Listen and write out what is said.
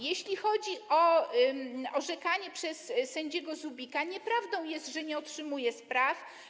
Jeśli chodzi o orzekanie przez sędziego Zubika, to nieprawdą jest, że nie otrzymuje on spraw.